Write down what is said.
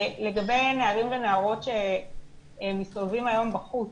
לגבי נערים ונערות שמסתובבים היום בחוץ,